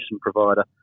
provider